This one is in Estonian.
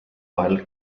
vahel